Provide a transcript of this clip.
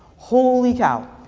holy cow!